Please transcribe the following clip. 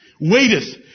waiteth